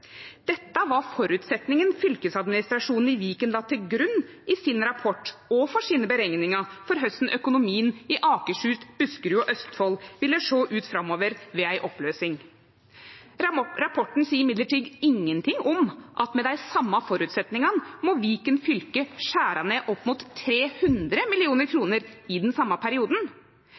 Dette var føresetnaden fylkesadministrasjonen i Viken la til grunn i sin rapport og for sine berekningar for korleis økonomien i Akershus, Buskerud og Østfold ville sjå ut framover ved ei oppløysing. Rapporten seier likevel ingenting om at med dei same føresetnadene må Viken fylke skjere ned opp mot 300 mill. kr i den same perioden.